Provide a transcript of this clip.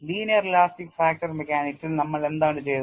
linear elastic fracture മെക്കാനിക്സിൽ നമ്മൾ എന്താണ് ചെയ്തത്